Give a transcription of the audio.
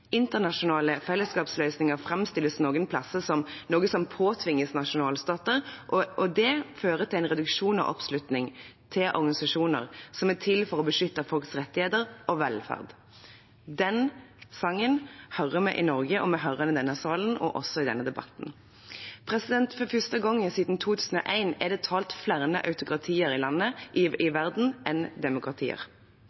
Internasjonale fellesskapsløsninger framstilles noen plasser som noe som påtvinges nasjonalstater, og det fører til en reduksjon av oppslutningen om organisasjoner som er til for å beskytte folks rettigheter og velferd. Den sangen hører vi i Norge, og vi hører den i denne salen og også i denne debatten. For første gang siden 2001 er det talt flere autokratier enn demokratier i